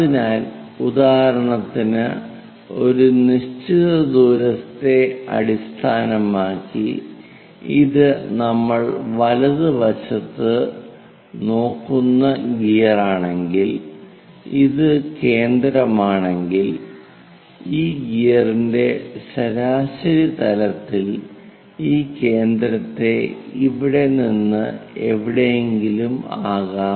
അതിനാൽ ഉദാഹരണത്തിന് ഒരു നിശ്ചിത ദൂരത്തെ അടിസ്ഥാനമാക്കി ഇത് നമ്മൾ വലതുവശത്ത് നോക്കുന്ന ഗിയറാണെങ്കിൽ ഇത് കേന്ദ്രമാണെങ്കിൽ ഈ ഗിയറിന്റെ ശരാശരി തലത്തിൽ ഈ കേന്ദ്രത്തെ ഇവിടെ നിന്ന് എവിടെയെങ്കിലും ആകാം